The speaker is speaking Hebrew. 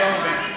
לא הרבה.